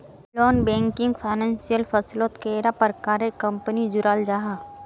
Non banking financial फसलोत कैडा प्रकारेर कंपनी जुराल जाहा?